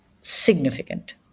Significant